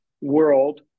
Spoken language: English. world